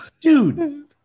Dude